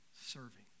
serving